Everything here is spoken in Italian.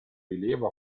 rilievo